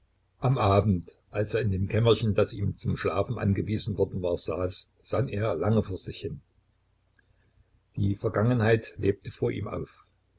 am abend als er in dem kämmerchen das ihm zum schlafen angewiesen worden war saß sann er lange vor sich hin die vergangenheit lebte vor ihm auf